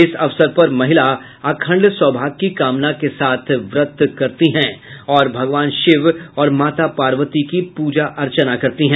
इस अवसर पर महिला अखंड सौभाग्य की कामना के साथ व्रत कर रही हैं और भगवान शिव और माता पार्वती की प्रजा अर्चना करती हैं